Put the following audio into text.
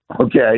okay